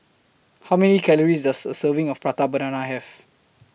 How Many Calories Does A Serving of Prata Banana Have